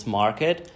market